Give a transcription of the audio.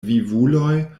vivuloj